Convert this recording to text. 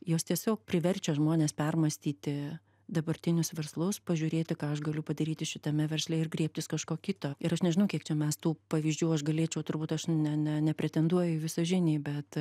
jos tiesiog priverčia žmones permąstyti dabartinius verslus pažiūrėti ką aš galiu padaryti šitame versle ir griebtis kažko kito ir aš nežinau kiek čia mes tų pavyzdžių aš galėčiau turbūt aš ne ne nepretenduoju į visažinį bet